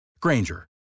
Granger